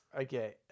Okay